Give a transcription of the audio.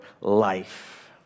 life